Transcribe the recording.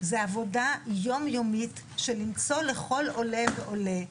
זו עבודה יום יומית של למצוא לכל עולה ועולה,